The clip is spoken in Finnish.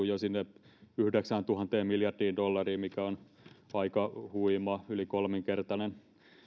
jo sinne yhdeksääntuhanteen miljardiin dollariin mikä on aika huima yli kolminkertainen